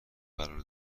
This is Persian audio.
قرار